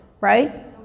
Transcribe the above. right